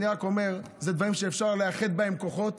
אני רק אומר: אלה דברים שאפשר לאחד בהם כוחות